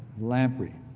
lamprey.